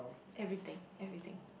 everything everything